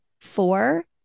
Four